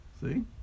see